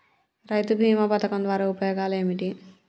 రైతు బీమా పథకం ద్వారా ఉపయోగాలు ఏమిటి?